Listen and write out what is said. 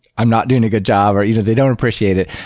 i'm not doing a good job or either they don't appreciate it,